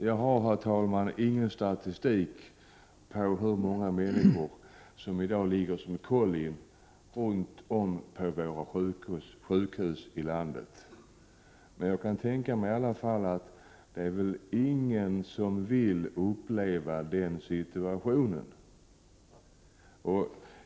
Jag har inte någon statistik över hur många människor som i dag ligger som kollin på sjukhus runt om i landet, men jag kan i alla fall tänka mig att det inte är någon som vill uppleva den situationen.